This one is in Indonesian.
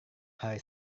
hari